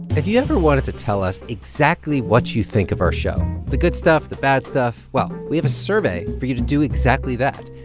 if you ever wanted to tell us exactly what you think of our show the good stuff, the bad stuff well, we have a survey for you to do exactly that.